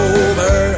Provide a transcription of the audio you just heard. over